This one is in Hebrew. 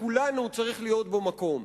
לכולנו צריך להיות בו מקום.